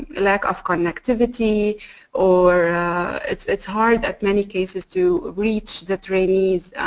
lack of connectivity or it's it's hard at many cases to reach the trainees